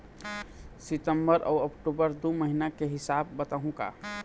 सितंबर अऊ अक्टूबर दू महीना के हिसाब बताहुं का?